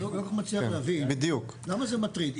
אני לא מצליח להבין למה זה מטריד.